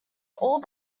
all